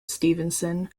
stevenson